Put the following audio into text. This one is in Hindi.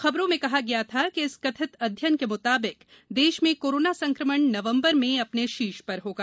खबरों में कहा गया था कि इस कथित अध्ययन के मुताबिक देश में कोरोना संक्रमण नवंबर में अपने शीर्ष पर होगा